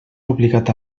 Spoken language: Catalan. obligat